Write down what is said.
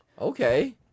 okay